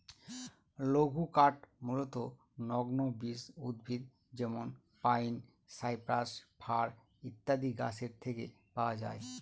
লঘুকাঠ মূলতঃ নগ্নবীজ উদ্ভিদ যেমন পাইন, সাইপ্রাস, ফার ইত্যাদি গাছের থেকে পাওয়া যায়